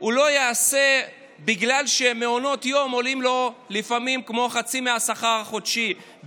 הוא לא יעשה בגלל שמעונות יום עולים לו לפעמים כמו חצי מהשכר החודשי,